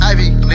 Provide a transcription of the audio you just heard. Ivy